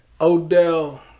Odell